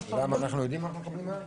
למה, אנחנו יודעים מה אנחנו מקבלים היום?